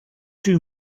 two